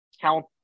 count